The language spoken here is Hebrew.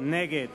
נגד